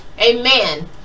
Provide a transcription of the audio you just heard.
Amen